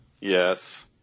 Yes